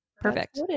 perfect